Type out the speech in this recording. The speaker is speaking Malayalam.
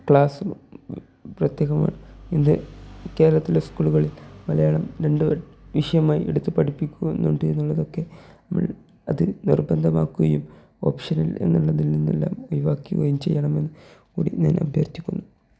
ക്ലാസ് റൂം പ്രത്യേകമാണ് എന്ത് കേരളത്തിലെ സ്കൂളുകളിൽ മലയാളം രണ്ട് വിഷയമായി എടുത്തു പഠിപ്പിക്കുന്നുണ്ട് എന്നുള്ളതൊക്കെ നമ്മൾ അത് നിർബന്ധമാക്കുകയും ഓപ്ഷണൽ എന്നുള്ളതിൽ നിന്നെല്ലാം ഒഴിവാക്കുകയും ചെയ്യണമെന്ന് കൂടി ഞാൻ അഭ്യർത്ഥിക്കുന്നു